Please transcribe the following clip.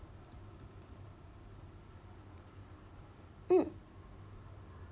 mm